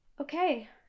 Okay